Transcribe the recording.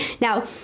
now